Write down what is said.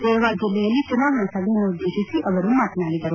ರೇವಾ ಜಿಲ್ಲೆಯಲ್ಲಿ ಚುನಾವಣಾ ಸಭೆಯನ್ನುದ್ದೇತಿಸಿ ಮಾತನಾಡಿದರು